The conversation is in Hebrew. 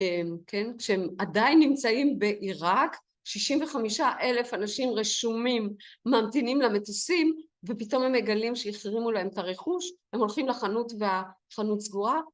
‫כשהם עדיין נמצאים בעיראק, ‫65,000 אנשים רשומים ממתינים למטוסים, ‫ופתאום הם מגלים ‫שהחרימו להם את הרכוש, ‫הם הולכים לחנות והחנות סגורה.